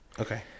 okay